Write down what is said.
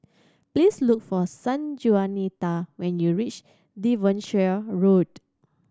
please look for Sanjuanita when you reach Devonshire Road